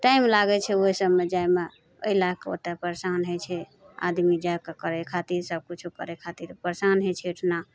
time लागै छै ओहि सबमे जाइमे एहि लैके ओतए परेशान होइ छै आदमी जाके करै खातिर सबकिछु करै खातिर परेशान होइ छै ओहिठाम